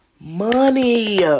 Money